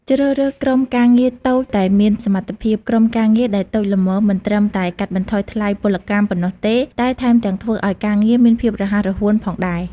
ជ្រើសរើសក្រុមការងារតូចតែមានសមត្ថភាព ក្រុមការងារដែលតូចល្មមមិនត្រឹមតែកាត់បន្ថយថ្លៃពលកម្មប៉ុណ្ណោះទេ តែថែមទាំងធ្វើឱ្យការងារមានភាពរហ័សរហួនផងដែរ។